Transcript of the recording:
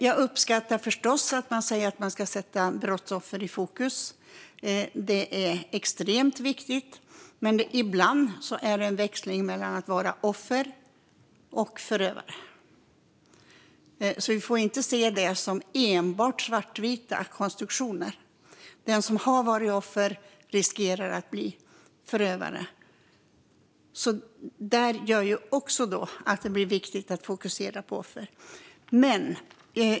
Jag uppskattar förstås att man säger att man ska sätta brottsoffer i fokus. Det är extremt viktigt. Men ibland är det en växling mellan att vara offer och förövare. Vi får inte se det som enbart svartvita konstruktioner. Den som har varit offer riskerar att bli förövare. Detta hör också att det bli viktigt att fokusera på offer.